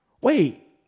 wait